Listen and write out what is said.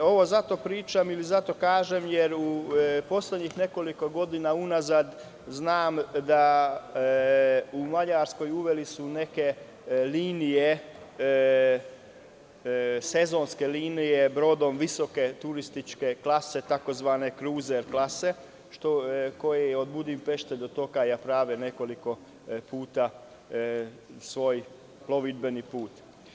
Ovo zato govorim jer u poslednjih nekoliko godina unazad znam da su u Mađarskoj uveli neke linije, sezonske linije brodom visoke turističke klase tzv. kruzer klase, koje od Budimpešte prave nekoliko puta svoj plovidbeni put.